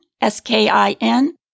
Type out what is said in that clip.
S-K-I-N